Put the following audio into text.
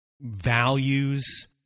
values